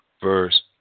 verse